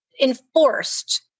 enforced